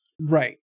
Right